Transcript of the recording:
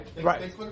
right